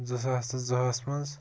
زٕ ساس تہٕ زٕہَس منٛز